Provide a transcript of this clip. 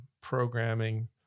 programming